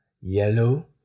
yellow